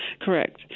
Correct